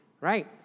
right